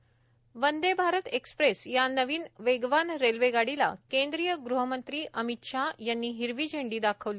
त वंदे भारत एक्सप्रेस या नवीन वेगवान रेल्वे गाडीला केंद्रीय ग्हमंत्री अमीत शाह यांनी हिरवी झेंडी दाखवली